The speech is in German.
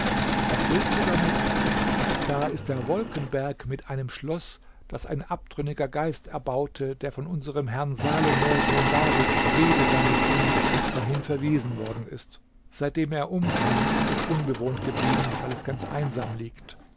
was willst du damit da ist der wolkenberg mit einem schloß das ein abtrünniger geist erbaute der von unserem herrn salomo sohn davids friede sei mit ihm dahin verwiesen worden ist seitdem er umkam ist es unbewohnt geblieben weil es ganz einsam liegt